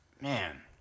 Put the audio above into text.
man